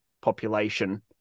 population